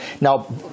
Now